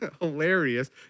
hilarious